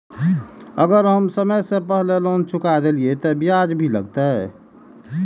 अगर हम समय से पहले लोन चुका देलीय ते ब्याज भी लगते?